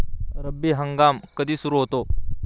रब्बी हंगाम कधी सुरू होतो?